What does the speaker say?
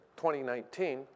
2019